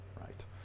right